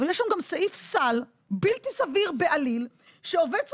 אבל יש שם גם סעיף סל בלתי סביר בעליל שעובד סוציאלי,